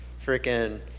freaking